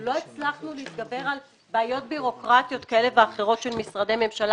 ולא הצלחנו להתגבר על בעיות בירוקרטיות כאלה ואחרות של משרדי ממשלה